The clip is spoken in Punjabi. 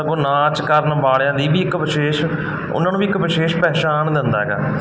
ਸਗੋਂ ਨਾਚ ਕਰਨ ਵਾਲਿਆਂ ਦੀ ਵੀ ਇੱਕ ਵਿਸ਼ੇਸ਼ ਉਹਨਾਂ ਨੂੰ ਵੀ ਇੱਕ ਵਿਸ਼ੇਸ਼ ਪਹਿਚਾਣ ਦਿੰਦਾ ਹੈਗਾ